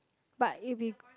but if we